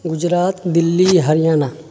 Gujarat Delhi Haryana